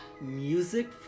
music